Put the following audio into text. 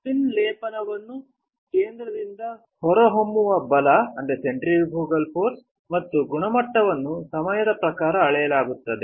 spin ಲೇಪನವನ್ನು ಕೇಂದ್ರದಿಂದ ಹೊರಹೊಮ್ಮುವ ಬಲ ಮತ್ತು ಗುಣಮಟ್ಟವನ್ನು ಸಮಯದ ಪ್ರಕಾರ ಅಳೆಯಲಾಗುತ್ತದೆ